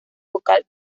vocal